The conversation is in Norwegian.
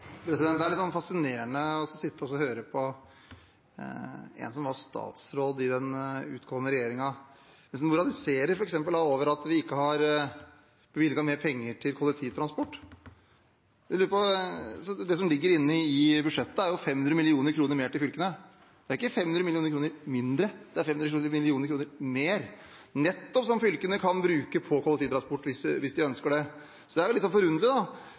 Det er litt fascinerende å høre en som var statsråd i den utgående regjeringen, moralisere over at vi ikke har bevilget mer penger til kollektivtransport. Det som ligger inne i budsjettet, er jo 500 mill. kr mer til fylkene. Det er ikke 500 mill. kr mindre, det er 500 mill. kr mer, som fylkene kan bruke til nettopp kollektivtransport hvis de ønsker det. Det er litt forunderlig at tidligere statsråd Rotevatn ikke la inn f.eks. de 500 millionene da